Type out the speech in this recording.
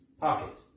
pocket